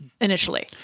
initially